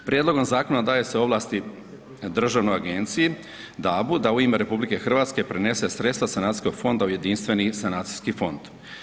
Prijedlogom zakona daje se ovlasti državnoj agenciji, DAB-u da u ime RH prenese sredstva sanacijskog fonda u Jedinstveni sanacijski fond.